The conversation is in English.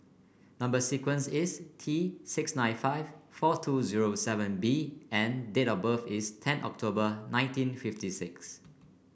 number sequence is T six nine five four two zero seven B and date of birth is ten October nineteen fifty six